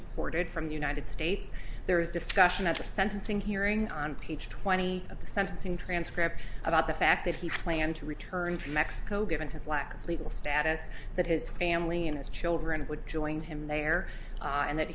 deported from the united states there was discussion at a sentencing hearing on page twenty of the sentencing transcript about the fact that he had planned to return to mexico given his lack of legal status that his family and his children would join him there and that